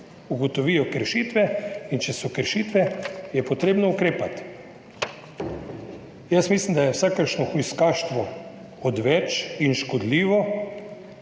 ugotovijo kršitve in če so kršitve, je treba ukrepati. Jaz mislim, da je vsakršno hujskaštvo odveč in škodljivo.